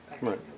right